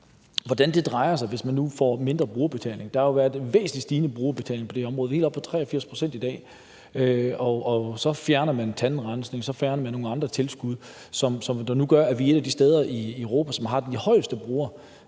hvordan det drejer sig, hvis man nu får mindre brugerbetaling. Der har jo været en væsentlig stigning i brugerbetalingen på det her område, helt op til 83 pct. i dag, og så fjerner man tilskuddet for tandrensning, og man fjerner nogle andre tilskud, hvilket nu gør, at vi er et af de steder i Europa, som har de højeste